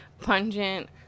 pungent